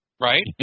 right